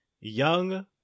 young